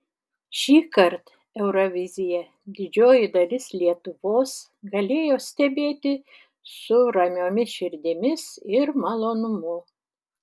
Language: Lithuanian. šįkart euroviziją didžioji dalis lietuvos galėjo stebėti su ramiomis širdimis ir malonumu